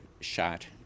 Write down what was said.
shot